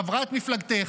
חברת מפלגתך,